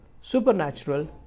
supernatural